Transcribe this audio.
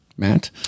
Matt